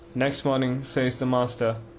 next morning says the master,